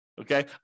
okay